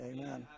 Amen